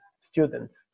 students